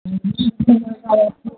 आपको